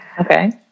Okay